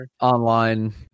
online